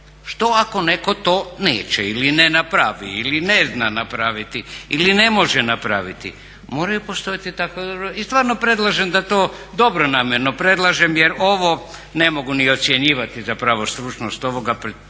Što ako netko to neće ili ne napravi ili ne zna napraviti ili ne može napraviti. Moraju postojati takve odredbe. I stvarno predlažem da to dobronamjerno predlažem, jer ovo ne mogu ni ocjenjivati zapravo stručnost ovoga, pretpostavljam